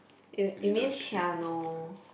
y~ you mean piano